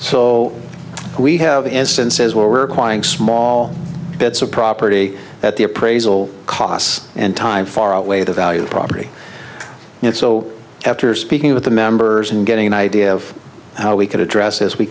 so we have instances where we're acquiring small bits of property that the appraisal costs and time far outweigh the value of property and so after speaking with the members and getting an idea of how we could address as we